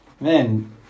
man